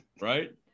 Right